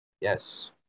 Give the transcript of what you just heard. yes